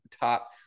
top